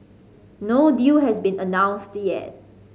no deal has been announced yet